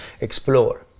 explore